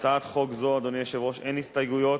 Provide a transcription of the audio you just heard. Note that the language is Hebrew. להצעת חוק זו, אדוני היושב-ראש, אין הסתייגויות,